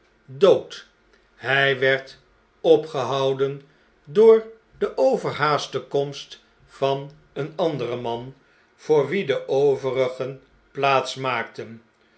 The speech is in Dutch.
dood hij werd opgehouden doordeoverhaastekomst van een ander man voor wien de overigen plaats maakten